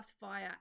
via